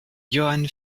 johann